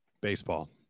baseball